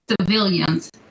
civilians